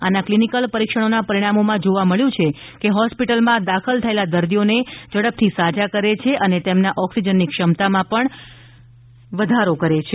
આના કલીનીકલ પરિક્ષણોના પરિણામોમાં જોવા મળ્યું છે કે હોસ્પિટલમાં દાખલ થયેલા દર્દીઓને ઝડપથી સાજા કરે છે અને તેમના ઓક્સિજનના પુરવઠાની ક્ષમતામાં ઘટાડો કરે છે